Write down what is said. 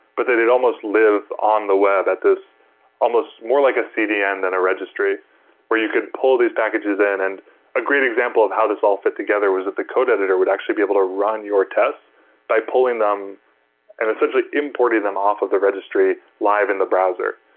but that it almost live on the web at this almost more like a cdn than a registry where you could pull these packages. and a great example of how this all fit together was that the code editor would actually be able to run your tests by pulling them and essentially importing them off of the registry live in the browser.